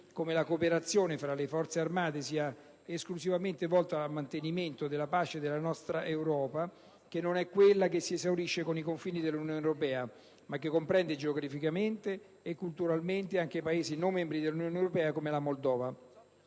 come la cooperazione fra le Forze armate sia esclusivamente volta al mantenimento della pace nella nostra Europa, che non è quella che si esaurisce con i confini dell'Unione europea, ma che comprende geograficamente e culturalmente anche i Paesi non membri dell'Unione europea come la Moldova.